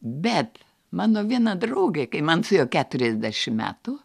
bet mano viena draugė kai man suėjo keturiasdešim metų